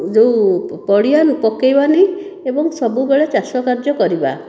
ଯେଉଁ ପଡ଼ିଆ ପକେଇବାନି ଏବଂ ସବୁବେଳେ ଚାଷ କାର୍ଯ୍ୟ କରିବା